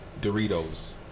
Doritos